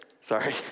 sorry